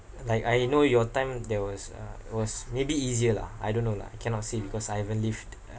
like I know your time there was uh it was maybe easier lah I don't know lah cannot say because I haven't lived uh